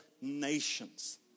nations